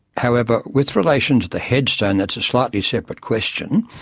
however, with relation to the headstone, that's a slightly separate question.